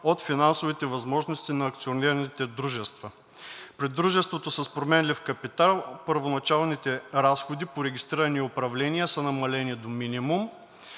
от финансовите възможности на акционерните дружества. При дружеството с променлив капитал първоначалните разходи по регистриране и управление са намалени до минимум.